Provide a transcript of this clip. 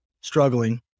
struggling